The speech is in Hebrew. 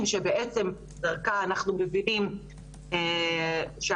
שבעצם דרכה אנחנו בכלל מבינים שאכן,